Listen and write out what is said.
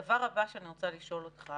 הדבר הבא שאני רוצה לשאול אותך,